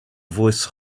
voice